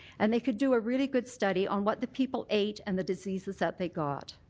and they could do a really good study on what the people ate and the diseases that they got.